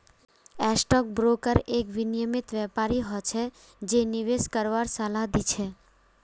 stock broker एक विनियमित व्यापारी हो छै जे निवेश करवार सलाह दी छै